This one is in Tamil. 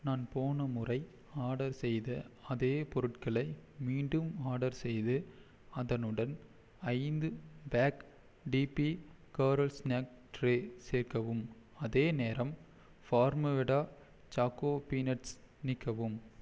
நான் போன முறை ஆர்டர் செய்த அதே பொருட்களை மீண்டும் ஆர்டர் செய்து அதனுடன் ஐந்து பேக் டிபி கோரல் ஸ்நாக் ட்ரே சேர்க்கவும் அதேநேரம் ஃபார்ம்வேடா சாக்கோ பீநட்ஸை நீக்கவும்